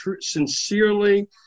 Sincerely